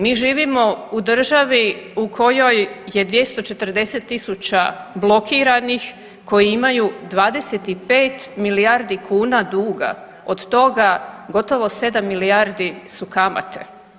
Mi živimo u državi u kojoj je 240.000 blokiranih koji imaju 25 milijardi kuna duga od toga gotovo 7 milijardi su kamate.